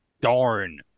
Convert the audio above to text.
Darn